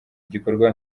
igikorwa